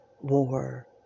war